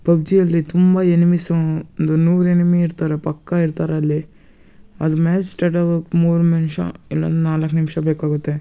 ಪಬ್ಜಿಯಲ್ಲಿ ತುಂಬ ಎನಿಮಿಸೂ ಒಂದು ನೂರು ಎನಿಮಿ ಇರ್ತಾರೆ ಪಕ್ಕಾ ಇರ್ತಾರೆ ಅಲ್ಲಿ ಅದು ಮ್ಯಾಚ್ ಸ್ಟಟ್ ಆಗಕ್ಕೆ ಮೂರು ನಿಮ್ಷ ಇಲ್ಲ ನಾಲ್ಕು ನಿಮಿಷ ಬೇಕಾಗುತ್ತೆ